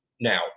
Now